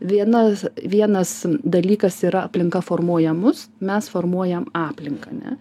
viena vienas dalykas yra aplinka formuoja mus mes formuojam aplinką ane